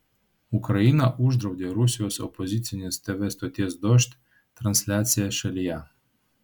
ukraina uždraudė rusijos opozicinės tv stoties dožd transliaciją šalyje